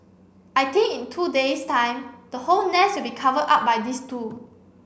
I think in two days time the whole nest will be covered up by these two